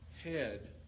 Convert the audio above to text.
head